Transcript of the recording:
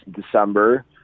December